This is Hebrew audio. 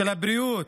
של הבריאות,